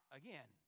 again